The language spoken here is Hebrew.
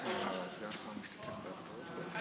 ההצעה להעביר את הנושא לוועדת הכלכלה נתקבלה.